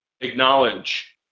acknowledge